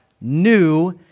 new